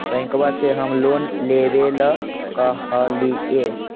बैंकवा से हम लोन लेवेल कहलिऐ?